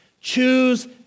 Choose